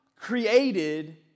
created